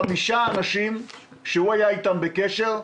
5 אנשים שהוא היה איתם בקשר,